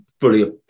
fully